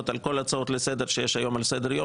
על כל ההצעות לסדר שיש היום על סדר-היום.